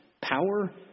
power